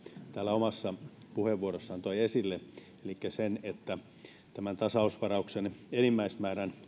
omassa puheenvuorossaan toi esille elikkä että tasausvarauksen enimmäismäärän